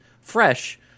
fresh